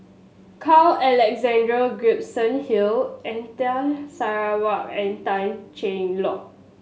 Carl Alexander Gibson Hill Anita Sarawak and Tan Cheng Lock